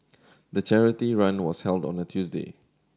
the charity run was held on a Tuesday